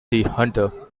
hunter